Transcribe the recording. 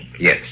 Yes